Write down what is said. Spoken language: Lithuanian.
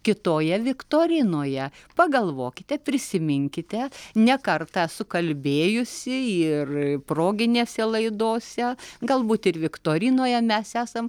kitoje viktorinoje pagalvokite prisiminkite ne kartą esu kalbėjusi ir proginėse laidose galbūt ir viktorinoje mes esam